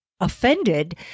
offended